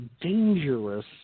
dangerous